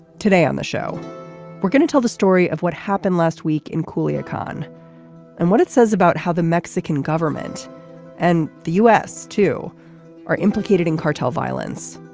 today on the show we're going to tell the story of what happened last week in coolio khan and what it says about how the mexican government and the u s. too are implicated in cartel violence.